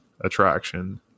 attraction